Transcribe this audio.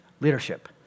leadership